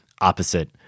opposite